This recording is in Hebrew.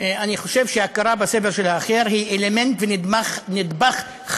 אני חושב שהכרה בסבל של האחר היא אלמנט ונדבך חשוב.